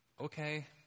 okay